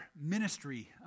ministry